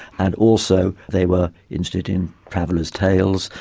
and also they were interested in travellers' tales.